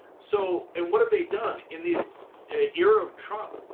so and what have they done in the era of trump?